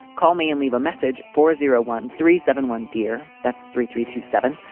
call me and leave a message for zero one three seven one, dear. that's three three two seven.